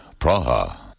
Praha